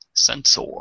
Sensor